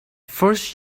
first